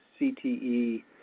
CTE